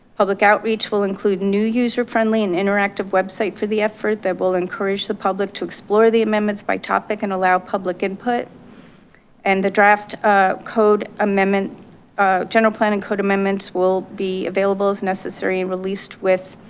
public outreach will include new user friendly and interactive website for the effort that will encourage the public to explore the amendments by topic and allow public input and the draft ah code amendment general plan and code amendments will be available as necessary and released with